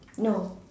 no